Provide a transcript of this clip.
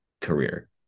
career